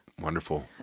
Wonderful